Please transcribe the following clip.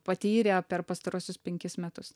patyrė per pastaruosius penkis metus